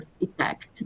effect